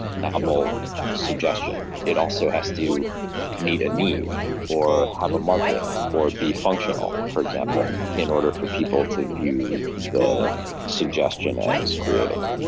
novel suggestion, it also has to meet a need or have a market or be functional, for example, in order for people to view the suggestion as creative.